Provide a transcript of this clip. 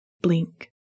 blink